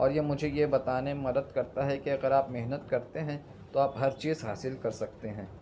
اور یہ مجھے یہ بتانے میں مدد کرتا ہے کہ اگر آپ محنت کرتے ہیں تو آپ ہر چیز حاصل کر سکتے ہیں